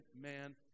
man